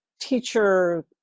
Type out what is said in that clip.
teacher